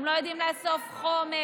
הם לא יודעים לאסוף חומר,